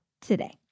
today